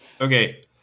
Okay